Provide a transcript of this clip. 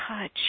touch